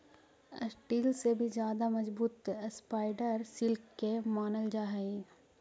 steel से भी ज्यादा मजबूत स्पाइडर सिल्क के मानल जा हई